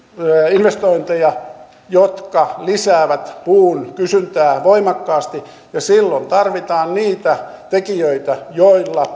investointeja jotka lisäävät puun kysyntää voimakkaasti ja silloin tarvitaan niitä tekijöitä joilla